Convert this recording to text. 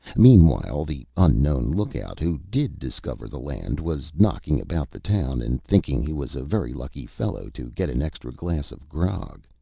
meanwhile the unknown lookout who did discover the land was knocking about the town and thinking he was a very lucky fellow to get an extra glass of grog.